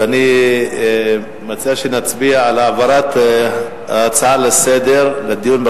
ואני מציע שנצביע על העברת ההצעה לסדר-היום על